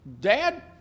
Dad